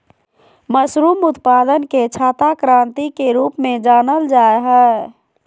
mushroom उत्पादन के छाता क्रान्ति के रूप में जानल जाय हइ